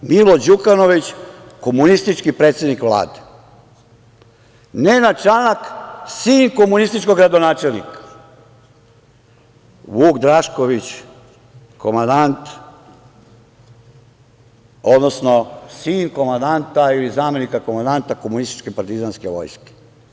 Milo Đukanović, komunistički predsednik vlade, Nenad Čanak, sin komunističkog gradonačelnika, Vuk Drašković, komandant, odnosno sin komandanta ili zamenika komandanta komunističke partizanske vojske.